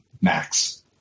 max